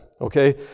Okay